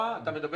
להיום?